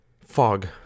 fog